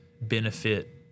benefit